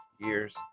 Years